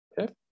Okay